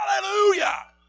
Hallelujah